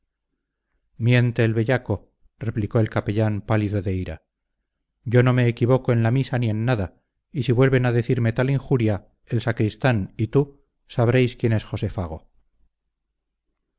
miente el bellaco replicó el capellán pálido de ira yo no me equivoco en la misa ni en nada y si vuelven a decirme tal injuria el sacristán y tú sabréis quién es josé fago